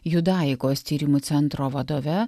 judaikos tyrimų centro vadove